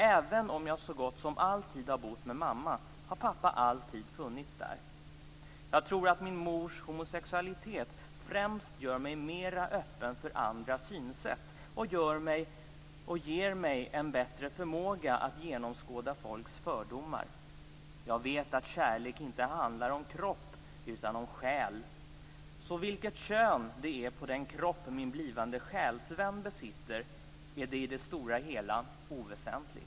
Även om jag så gott som alltid har bott med mamma, har pappa alltid funnits där. Jag tror att min mors homosexualitet främst gör mig mera öppen för andra synsätt och ger mig en bättre förmåga att genomskåda folks fördomar. Jag vet att kärlek inte handlar om kropp utan om själ, så vilket kön det är på den kropp min blivande själsvän besitter är i det stora hela oväsentligt."